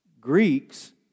Greeks